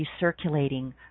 recirculating